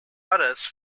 others